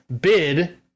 bid